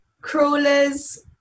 crawlers